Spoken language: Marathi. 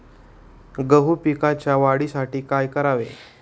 गहू पिकाच्या वाढीसाठी काय करावे?